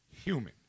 human